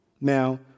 Now